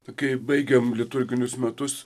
kai baigėm liturginius metus